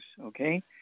okay